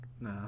No